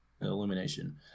Illumination